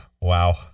Wow